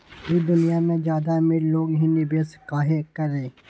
ई दुनिया में ज्यादा अमीर लोग ही निवेस काहे करई?